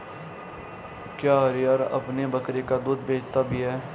क्या हरिहर अपनी बकरी का दूध बेचता भी है?